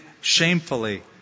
shamefully